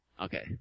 Okay